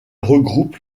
regroupe